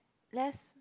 less